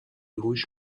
هوش